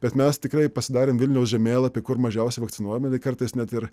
bet mes tikrai pasidarėm vilniaus žemėlapį kur mažiausiai vakcinuojami kartais net ir